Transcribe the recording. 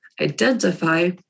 identify